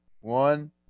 one